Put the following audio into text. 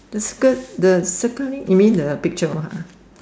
the skirt the circling you mean the picture one ha